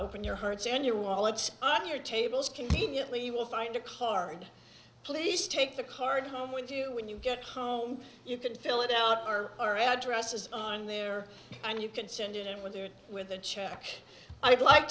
open your hearts and your wallets on your tables conveniently you will find a card please take the card home with you when you get home you can fill it out or our address is on there and you can send it in there with a check i'd like